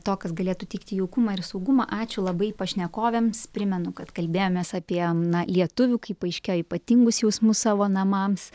to kas galėtų teikti jaukumą ir saugumą ačiū labai pašnekovėms primenu kad kalbėjomės apie na lietuvių kaip paaiškėjo ypatingus jausmus savo namams